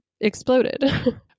exploded